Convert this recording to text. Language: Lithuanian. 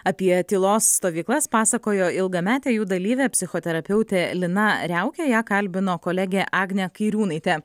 apie tylos stovyklas pasakojo ilgametė jų dalyvė psichoterapeutė lina riaukė ją kalbino kolegė agnė kairiūnaitė